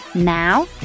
Now